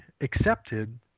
accepted